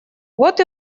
вот